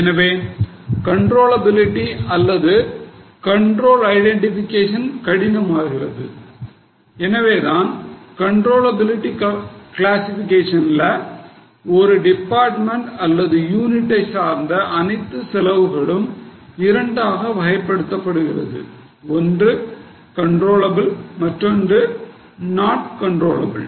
எனவே கண்ட்ரோலபிலிடி அல்லது control identification கடினமாகிறது எனவேதான் கண்ட்ரோலபிலிடி கிளாசிஃபிகேஷன்ல ஒரு டிபார்ட்மென்ட் அல்லது யூனிட்டை சார்ந்த அனைத்து செலவுகளும் இரண்டாக வகைப்படுத்தப்படுகிறது ஒன்று controllable மற்றொன்று not controllable